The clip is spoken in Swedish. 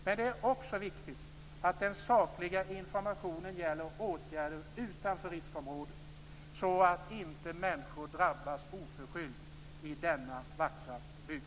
För det andra - och också det är viktigt - skall den sakliga informationen gälla åtgärder utanför riskområdet. Detta är viktigt för att människor inte skall drabbas oförskyllt i denna vackra bygd.